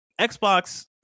Xbox